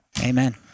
Amen